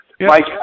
Mike